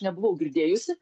nebuvau girdėjusi